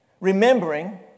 Remembering